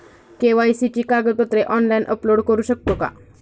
KYC ची कागदपत्रे online upload करू शकतो का?